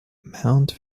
mount